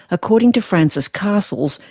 according to francis castles,